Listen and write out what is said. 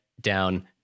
down